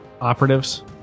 operatives